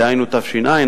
דהיינו תש"ע,